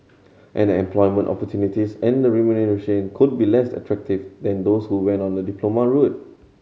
and an employment opportunities and remuneration could be less attractive than those who went on a diploma route